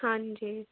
ਹਾਂਜੀ